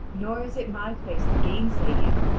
nor is it my place to gainsay you,